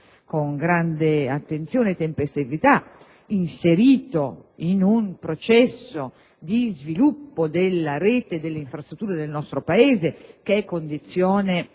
con grande attenzione e tempestività, inserito in un processo di sviluppo della rete delle infrastrutture del nostro Paese, che è condizione